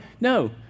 No